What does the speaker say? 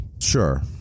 Sure